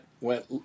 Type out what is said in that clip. went